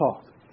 talk